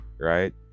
right